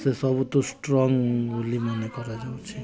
ସେସବୁ ଷ୍ଟ୍ରଙ୍ଗ୍ ବୋଲି ମାନେ କରାଯାଉଛି